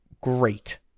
Great